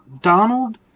Donald